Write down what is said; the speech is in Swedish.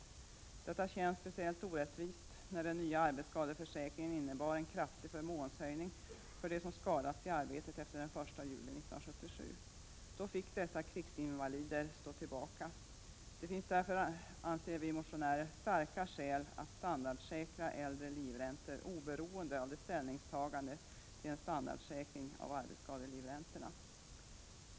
Detta känns 125 speciellt orättvist när den nya arbetsskadeförsäkringen innebar en kraftig förmånshöjning för dem som skadats i arbetet efter den 1 juli 1977. Då fick dessa krigsinvalider stå tillbaka. Det finns därför, anser vi motionärer, starka skäl att standardsäkra äldre livräntor oberoende av de tidigare ställningstagandena till en standardsäkring av arbetsskadelivräntorna.